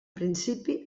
principi